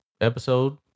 episode